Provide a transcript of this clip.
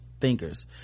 thinkers